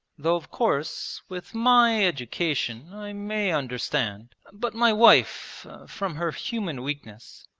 though, of course, with my education i may understand, but my wife from her human weakness.